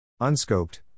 Unscoped